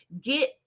Get